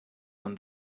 when